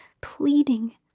pleading